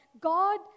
God